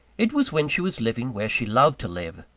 it was when she was living where she loved to live,